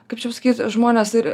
kaip čia pasakyt žmonės ir